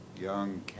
young